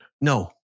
no